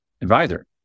advisor